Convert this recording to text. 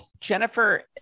Jennifer